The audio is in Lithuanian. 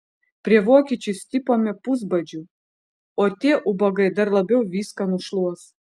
prie vokiečių stipome pusbadžiu o tie ubagai dar labiau viską nušluos